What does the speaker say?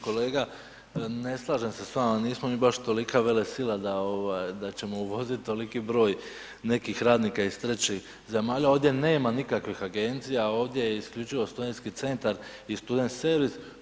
Kolega, ne slažem se s vama, nismo mi baš tolika velesila da ćemo uvozit toliki broj nekih radnika iz trećih zemalja, ovdje nema nikakvih agencija, ovdje je isključivo studentski centar i student servis.